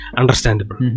understandable